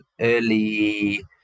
early